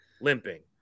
limping